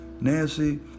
Nancy